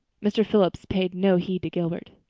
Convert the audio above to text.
mr. phillips paid no heed to gilbert.